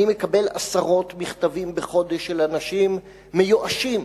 אני מקבל עשרות מכתבים בחודש של אנשים מיואשים,